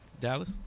Dallas